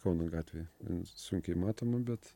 kauno gatvėj sunkiai matoma bet